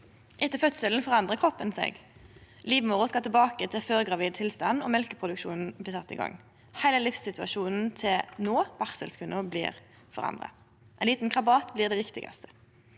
Etter fødselen forandrar kroppen seg. Livmora skal tilbake til førgravid tilstand, og mjølkeproduksjonen blir sett i gang. Heile livssituasjonen til barselkvinna blir forandra. Ein liten krabat blir det viktigaste,